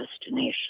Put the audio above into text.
destination